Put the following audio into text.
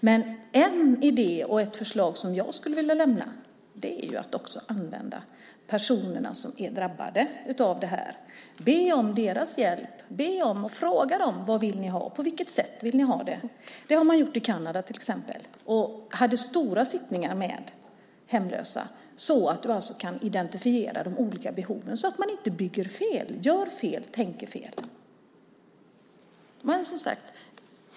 Men en idé och ett förslag som jag skulle vilja lämna är att också använda personerna som är drabbade av detta. Be om deras hjälp. Fråga dem vad de vill ha och på vilket sätt de vill ha det. Det har man till exempel gjort i Kanada. De hade stora sittningar med hemlösa. Då kan man identifiera de olika behoven så att man inte bygger fel, gör fel och tänker fel.